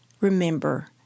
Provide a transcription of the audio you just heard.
remember